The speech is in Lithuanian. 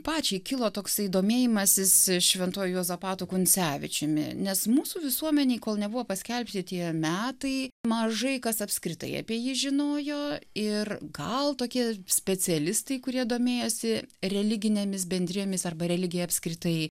pačiai kilo toksai domėjimasis šventuoju juozapatu kuncevičiumi nes mūsų visuomenėj kol nebuvo paskelbti tie metai mažai kas apskritai apie jį žinojo ir gal tokie specialistai kurie domėjosi religinėmis bendrijomis arba religija apskritai